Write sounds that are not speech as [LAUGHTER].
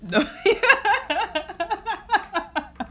[LAUGHS]